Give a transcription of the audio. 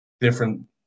different